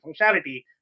functionality